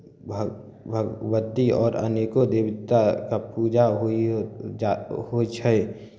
भग भगवती आओर अनेको देवताके पूजा होइए जा होइ छै